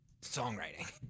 songwriting